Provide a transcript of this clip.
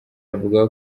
bavuga